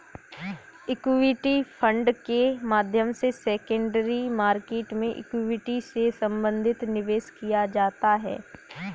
equity fund के माध्यम से सेकेंडरी मार्केट में इक्विटी से संबंधित निवेश किया जाता है